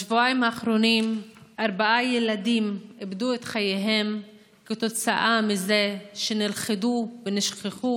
בשבועיים האחרונים ארבעה ילדים איבדו את חייהם כתוצאה מזה שנלכדו ונשכחו